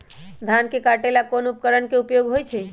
धान के काटे का ला कोंन उपकरण के उपयोग होइ छइ?